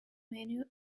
menu